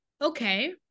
okay